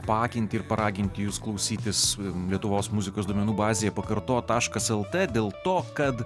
paakinti ir paraginti jus klausytis lietuvos muzikos duomenų bazėje pakartot taškas lt dėl to kad